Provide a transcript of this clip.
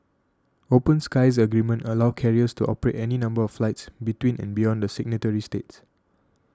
open skies agreements allow carriers to operate any number of flights between and beyond the signatory states